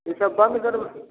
ईसब बन्द करबै